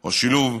או שילוב,